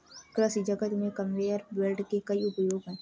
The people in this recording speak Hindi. कृषि जगत में कन्वेयर बेल्ट के कई उपयोग हैं